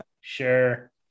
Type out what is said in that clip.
Sure